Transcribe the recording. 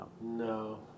No